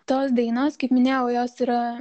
tos dainos kaip minėjau jos yra